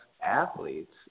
athletes